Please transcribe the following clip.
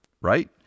right